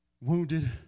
Wounded